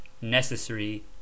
necessary